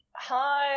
Hi